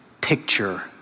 picture